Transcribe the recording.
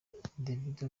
david